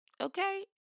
Okay